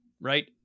right